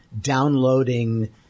downloading